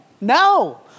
No